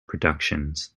productions